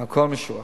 הכול משוער.